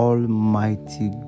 Almighty